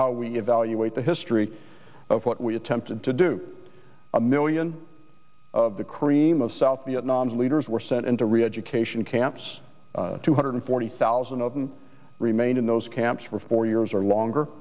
how we evaluate the history of what we attempted to do a million the cream of south vietnam leaders were sent into reeducation camps two hundred forty thousand of them remained in those camps for four years or longer